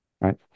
right